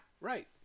right